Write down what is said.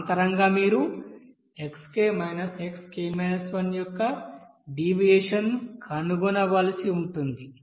సమాంతరంగా మీరు x xk-1 యొక్క డీవియేషన్ కనుగొనవలసి ఉంటుంది